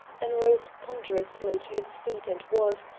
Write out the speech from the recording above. then rose ponderously to his feet and was,